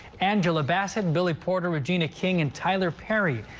angela bassett billy reporter regina king in tyler perry.